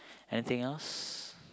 anything else